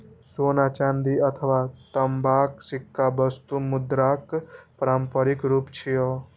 सोना, चांदी अथवा तांबाक सिक्का वस्तु मुद्राक पारंपरिक रूप छियै